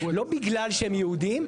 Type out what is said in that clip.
אל בגלל שהם יהודים,